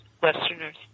westerners